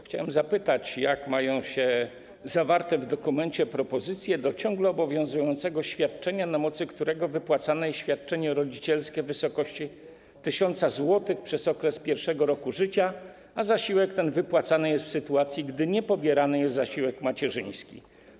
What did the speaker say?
Chciałem zapytać, jak mają się zawarte w dokumencie propozycje do ciągle obowiązującego świadczenia, na mocy którego wypłacane jest świadczenie rodzicielskie w wysokości 1000 zł przez okres pierwszego roku życia, a zasiłek ten wypłacany jest w sytuacji, gdy niepobierany jest zasiłek macierzyński.